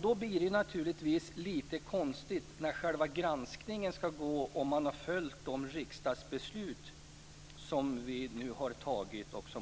Då blir det naturligtvis lite konstigt om granskningen gäller om riksdagsbesluten har följts.